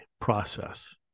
process